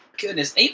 goodness